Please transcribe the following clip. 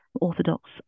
Orthodox